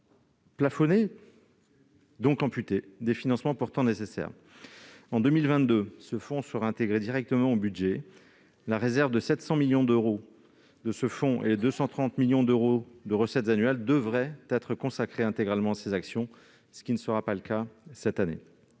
plafonné, donc amputé de financements pourtant nécessaires. En 2022, il sera intégré directement au budget. Alors que la réserve de 700 millions d'euros et les 230 millions d'euros de recettes annuelles devraient être consacrés intégralement à ces actions, ce ne sera donc pas le cas l'année